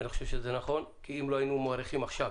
אני חושב שזה נכון כי אם לא היינו מאריכים עכשיו